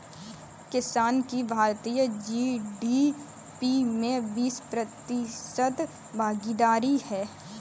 किसान की भारतीय जी.डी.पी में बीस प्रतिशत भागीदारी है